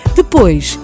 Depois